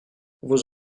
vos